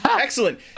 Excellent